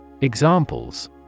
Examples